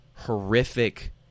horrific